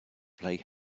play